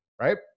right